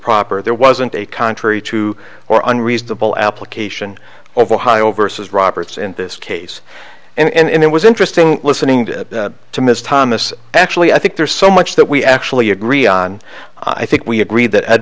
proper there wasn't a contrary to or unreasonable application of ohio versus roberts in this case and it was interesting listening to to ms thomas actually i think there's so much that we actually agree on i think we agreed that